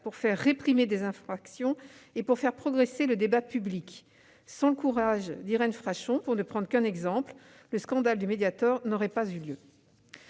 faire réprimer des infractions et faire progresser le débat public. Sans le courage d'Irène Frachon, pour ne prendre qu'un exemple, le scandale du Mediator n'aurait pas eu lieu.